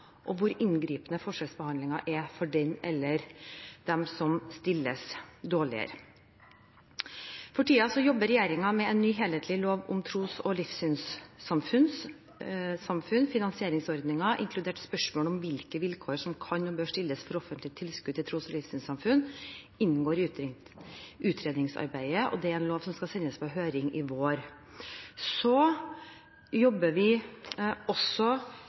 og hvor inngripende forskjellsbehandlingen er for den eller de som stilles dårligere. For tiden jobber regjeringen med forslag til en ny, helhetlig lov om tros- og livssynssamfunn. Finansieringsordninger, inkludert spørsmål om hvilke vilkår som kan og bør stilles for offentlige tilskudd til tros- og livssynssamfunn, inngår i utredningsarbeidet. Det er en sak som skal sendes på høring til våren. Så jobber vi også